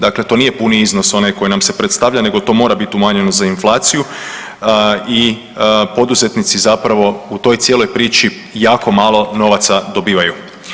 Dakle to nije puni iznosa onaj koji nam se predstavlja nego to mora biti umanjeno za inflaciju i poduzetnici zapravo u toj cijeloj priči jako malo novaca dobivaju.